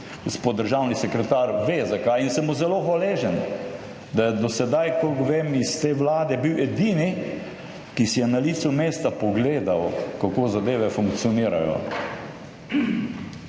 državni sekretar ve zakaj in sem mu zelo hvaležen, da je do sedaj, kolikor vem, iz te Vlade bil edini, ki si je na licu mesta pogledal, kako zadeve funkcionirajo.